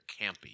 campy